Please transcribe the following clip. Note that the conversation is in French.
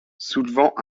soulevant